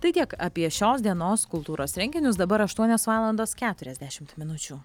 tai tiek apie šios dienos kultūros renginius dabar aštuonios valandos keturiasdešim minučių